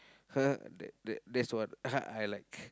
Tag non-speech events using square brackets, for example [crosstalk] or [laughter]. [noise] that that that's what [noise] I like